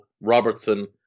Robertson